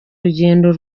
rugendo